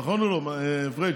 נכון או לא, פריג'?